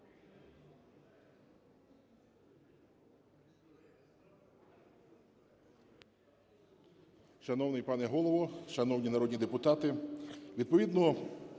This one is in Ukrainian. Дякую